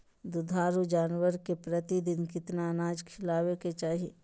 दुधारू जानवर के प्रतिदिन कितना अनाज खिलावे के चाही?